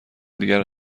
دیگر